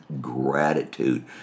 gratitude